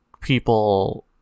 people